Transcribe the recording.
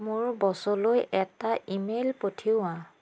মোৰ বচলৈ এটা ই মেইল পঠিওৱা